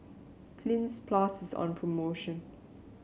Cleanz Plus is on promotion